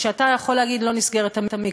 כשאתה יכול להגיד שלא נסגר המקווה,